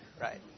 Right